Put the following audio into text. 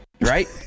right